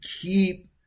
keep